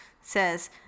Says